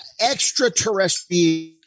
Extraterrestrial